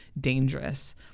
dangerous